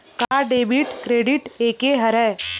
का debit credit एके हरय?